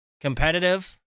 competitive